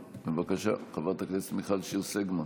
בבקשה, חברת הכנסת מיכל שיר סגמן.